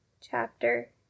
Chapter